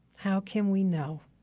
how can we know?